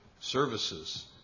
services